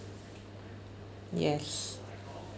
yes